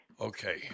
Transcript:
Okay